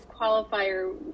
qualifier